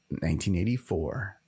1984